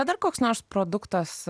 ar dar koks nors produktas